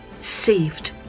saved